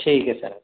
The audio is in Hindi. ठीक है सर